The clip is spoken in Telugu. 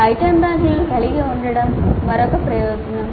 ఐటెమ్ బ్యాంకులను కలిగి ఉండటం మరొక ప్రయోజనం